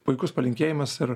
puikus palinkėjimas ir